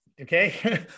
Okay